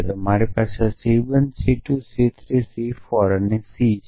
તેથી મારી પાસે C 1 C 2 C 3 C 4 C છે